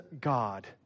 God